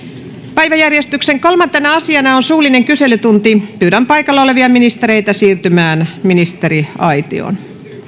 päiväjärjestyksen kolmantena asiana on suullinen kyselytunti pyydän paikalla olevia ministereitä siirtymään ministeriaitioon